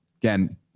Again